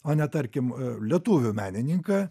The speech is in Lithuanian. o ne tarkim lietuvių menininką